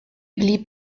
blieb